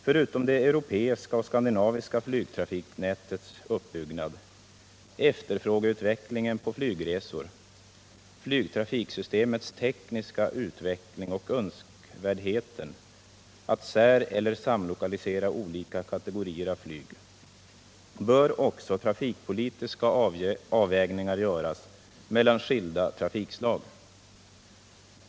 Förutom det europeiska och det skandinaviska flygtrafiknätets uppbyggnad, efterfrågeutvecklingen på flygresor, flygtrafiksystemets tekniska utveckling och önskvärdheten att säreller samlokalisera olika kategorier av flyg bör också trafikpolitiska avvägningar göras mellan skilda trafikslag.